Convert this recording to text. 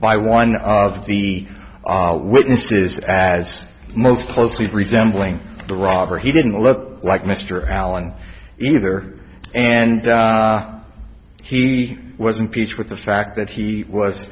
by one of the witnesses as most closely resembling the robber he didn't look like mr allen either and he was impeached with the fact that he was